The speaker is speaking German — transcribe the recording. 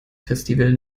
festival